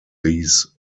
these